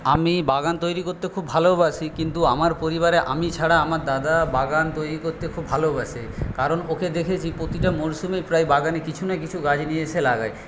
আমি বাগান তৈরি করতে খুব ভালোবাসি কিন্তু আমার পরিবারে আমি ছাড়া আমার দাদা বাগান তৈরি করতে খুব ভালোবাসে কারণ ওকে দেখেছি প্রতিটা মরশুমেই প্রায় বাগানে কিছু না কিছু গাছ নিয়ে সে লাগায়